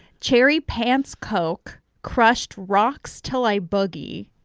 cherry pants coke crushed rocks till i boogie.